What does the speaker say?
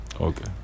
Okay